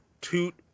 toot